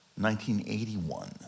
1981